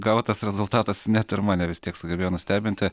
gautas rezultatas net ir mane vis tiek sugebėjo nustebinti